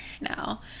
now